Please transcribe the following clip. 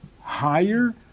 higher